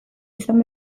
izan